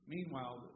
Meanwhile